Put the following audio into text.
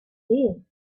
din